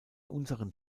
unseren